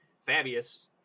Fabius